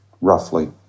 roughly